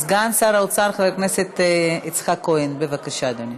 סגן שר האוצר חבר הכנסת יצחק כהן, בבקשה, אדוני.